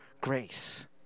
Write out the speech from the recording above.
grace